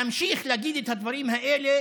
נמשיך להגיד את הדברים האלה